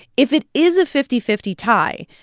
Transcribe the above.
if it is a fifty fifty tie,